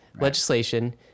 legislation